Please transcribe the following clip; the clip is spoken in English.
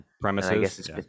Premises